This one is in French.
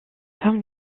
femme